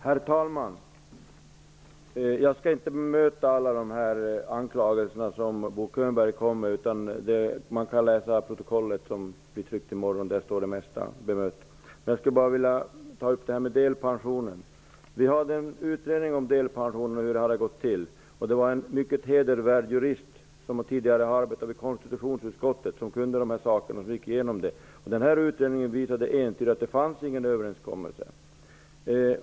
Herr talman! Jag skall inte bemöta alla de anklagelser som Bo Könberg kom med. Det mesta står att läsa i protokollet som kommer i morgon. Jag skulle bara vilja ta upp detta med delpensionen. Det gjordes en utredning om delpensionen och hur det hela hade gått till. Det var en mycket hedervärd jurist, som tidigare arbetade i konstitutionsutskottet och som kunde dessa saker, som gjorde denna genomgång. Utredningen visade entydigt att det inte fanns någon överenskommelse.